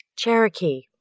Cherokee